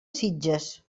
sitges